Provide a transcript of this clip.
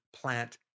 plant